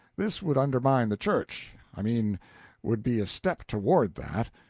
this would undermine the church. i mean would be a step toward that.